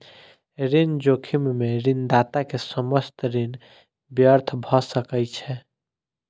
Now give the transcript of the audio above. ऋण जोखिम में ऋणदाता के समस्त ऋण व्यर्थ भ सकै छै